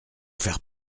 faire